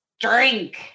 Drink